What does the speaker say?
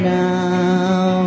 now